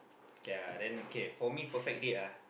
k ah then k for me perfect date ah